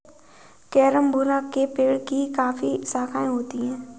carambola के पेड़ की काफी शाखाएं होती है